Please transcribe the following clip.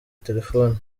telefoni